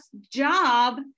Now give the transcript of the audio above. job